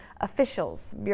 officials